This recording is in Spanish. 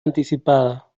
anticipada